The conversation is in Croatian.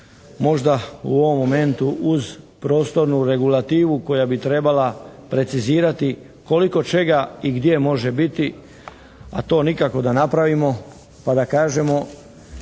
možda u ovom momentu uz prostornu regulativu koja bi trebala precizirati koliko čega i gdje može biti, a to nikako da napravimo pa da kažemo